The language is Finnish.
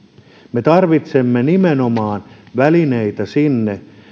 me tarvitsemme nimenomaan välineitä sinne